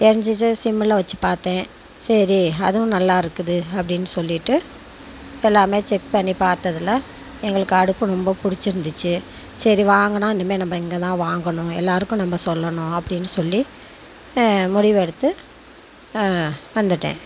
எரிஞ்சுடுச்சு சிம்மில் வச்சு பார்த்தேன் சரி அதுவும் நல்லா இருக்குது அப்படின்னு சொல்லிட்டு எல்லாமே செக் பண்ணி பார்த்ததுலா எங்களுக்கு அடுப்பு ரொம்ப பிடிச்சி இருந்துச்சு சரி வாங்கினா இனிமேல் நம்ம இங்கே தான் வாங்கணும் எல்லாருக்கும் நம்ம சொல்லணும் அப்படின்னு சொல்லி முடிவு எடுத்து வந்துட்டேன்